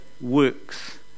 works